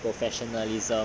professionalism